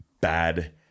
bad